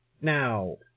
Now